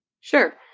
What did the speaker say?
Sure